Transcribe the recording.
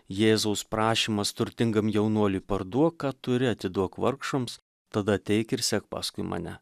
jėzaus prašymas turtingam jaunuoliui parduok ką turi atiduok vargšams tada ateik ir sek paskui mane